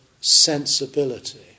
sensibility